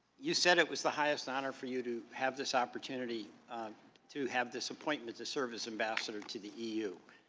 you said it was the highest honor for you to have this opportunity to have this appointment, to serve as ambassador to the eu,